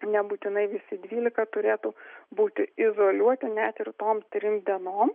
nebūtinai visi dvylika turėtų būti izoliuoti net ir tom trim dienom